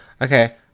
okay